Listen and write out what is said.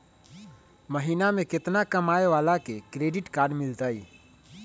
महीना में केतना कमाय वाला के क्रेडिट कार्ड मिलतै?